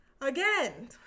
again